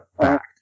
fact